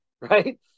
right